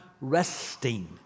resting